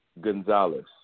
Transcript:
Gonzalez